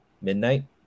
midnight